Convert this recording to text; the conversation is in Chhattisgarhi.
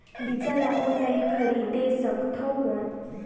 बीजा ला ऑनलाइन खरीदे सकथव कौन?